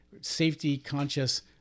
safety-conscious